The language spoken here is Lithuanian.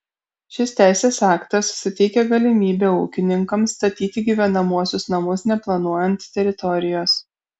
šis teisės aktas suteikia galimybę ūkininkams statyti gyvenamuosius namus neplanuojant teritorijos